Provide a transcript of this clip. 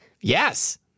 Yes